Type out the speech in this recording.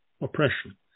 oppression